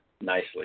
nicely